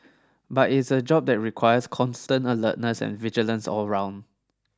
but it's a job that requires constant alertness and vigilance all round